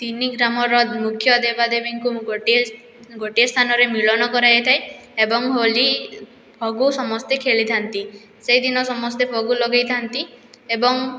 ତିନି ଗ୍ରାମର ମୁଖ୍ୟ ଦେବାଦେବୀଙ୍କୁ ଗୋଟିଏ ଗୋଟିଏ ସ୍ଥାନରେ ମିଳନ କରାଯାଇଥାଏ ଏବଂ ହୋଲି ଫଗୁ ସମସ୍ତେ ଖେଳି ଥାଆନ୍ତି ସେହିଦିନ ସମସ୍ତେ ଭୋଗ ଲଗାଇ ଥାଆନ୍ତି ଏବଂ